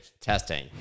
testing